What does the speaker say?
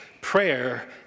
prayer